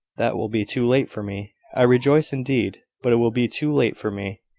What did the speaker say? that will be too late for me. i rejoice indeed but it will be too late for me.